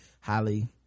highly